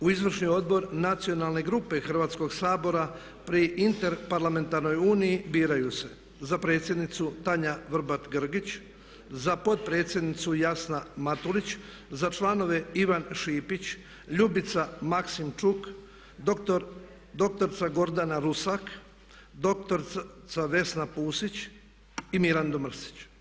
U Izvršni odbor Nacionalne grupe Hrvatskoga sabora pri Interparlamentarnoj uniji biraju se za predsjednicu Tanja Vrbat Grgić, za potpredsjednicu Jasna Matulić, za članove Ivan Šipić, Ljubica Maksimčuk, dr. Gordana Rusak, dr. Vesna Pusić i Mirando Mrsić.